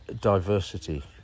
diversity